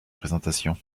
présentation